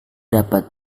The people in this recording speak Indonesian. dapat